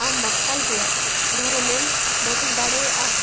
ᱟᱢ ᱢᱟᱨᱥᱟᱞ ᱨᱮᱭᱟᱜ ᱫᱷᱚᱨᱚᱱᱮᱢ ᱵᱚᱫᱚᱞ ᱫᱟᱲᱮᱭᱟᱜᱼᱟ